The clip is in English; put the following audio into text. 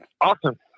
Awesome